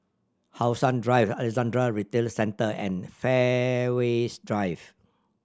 How Sun Drive Alexandra Retail Centre and Fairways Drive